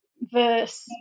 verse